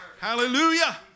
Hallelujah